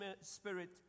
Spirit